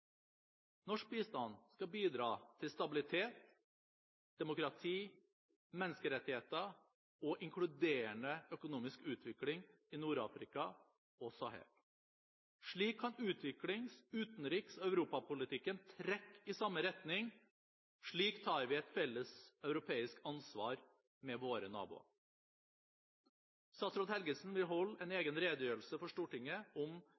Norsk bistand skal bidra til stabilitet, demokrati, menneskerettigheter og inkluderende økonomisk utvikling i Nord-Afrika og Sahel. Slik kan utviklings-, utenriks- og europapolitikken trekke i samme retning. Slik tar vi et felles europeisk ansvar sammen med våre naboer. Statsråd Helgesen vil holde en egen redegjørelse for Stortinget om